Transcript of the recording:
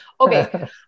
Okay